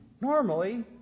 Normally